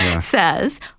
says